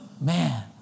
Man